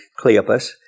Cleopas